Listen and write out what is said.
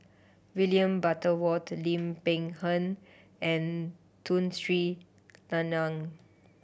William Butterworth Lim Peng Han and Tun Sri Lanang